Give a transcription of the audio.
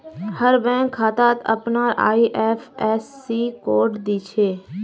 हर bank खातात अपनार IFSC code दि छे